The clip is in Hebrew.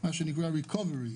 מה שנקרא: Recovery.